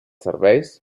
serveis